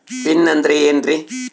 Pin ಅಂದ್ರೆ ಏನ್ರಿ?